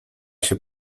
się